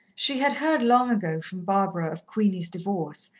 she had heard long ago from barbara of queenie's divorce,